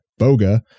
Boga